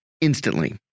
instantly